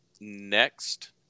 Next